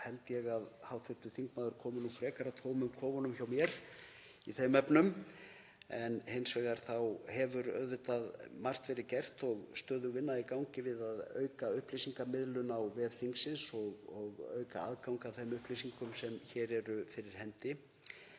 held ég að hv. þingmaður komi nú frekar að tómum kofanum hjá mér í þeim efnum. Hins vegar hefur auðvitað margt verið gert og stöðug vinna í gangi við að auka upplýsingamiðlun á vef þingsins og auka aðgang að þeim upplýsingum sem hér eru fyrir hendi.